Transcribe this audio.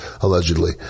allegedly